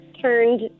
turned